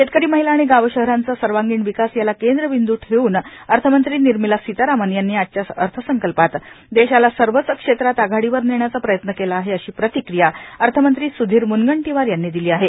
शेतकरी महिला आणि गाव शहरांचा सर्वांगीण विकास याला केंद्रबिंद् ठेऊन अर्थमंत्री निर्मला सितारामन यांनी आजच्या अर्थसंकल्पात देशाला सर्वच क्षेत्रात आघाडीवर नेण्याचा प्रयत्न केला आहे अशी प्रतिक्रिया अर्थमंत्री स्धीर मुनगंटीवार यांनी दिली आहे